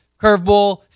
curveball